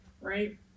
right